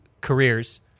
careers